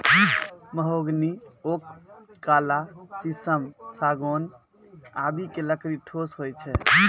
mahogany, oak, काला शीशम, सागौन आदि के लकड़ी ठोस होय छै